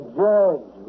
judge